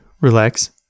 relax